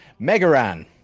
Megaran